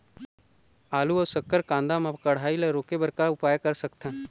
आलू अऊ शक्कर कांदा मा कढ़ाई ला रोके बर का उपाय कर सकथन?